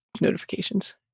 notifications